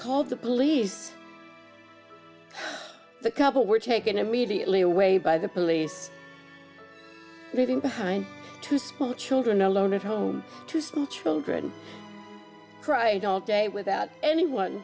called the police the couple were taken immediately away by the police moving behind two school children alone at home two small children cried all day without anyone